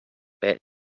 bit